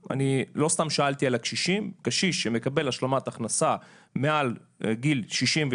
קשיש שמקבל השלמת הכנסה מעל גיל 67,